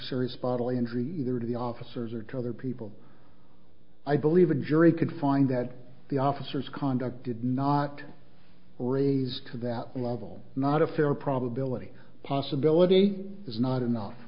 serious bodily injury either to the officers or to other people i believe a jury could find that the officers conduct did not raise to that level not a fair probability possibility is not enough